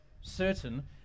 certain